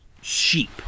sheep